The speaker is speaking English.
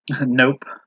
Nope